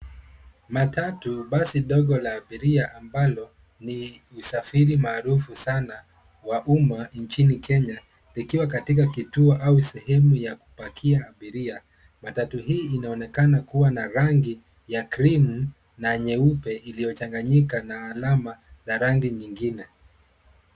Matatu basi ndogo la abiria ambalo ni usafiri maarufu sana wa umma nchini Kenya ikiwa katika kituo au sehemu ya kupakia abiria. Matatu hii inaonekana kuwa na rangi ya cream na nyeupe iliyo changanyika na alama ya rangi nyingine.